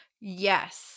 Yes